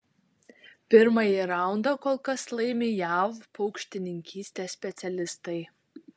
pirmąjį raundą kol kas laimi jav paukštininkystės specialistai